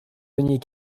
veniez